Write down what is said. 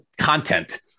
content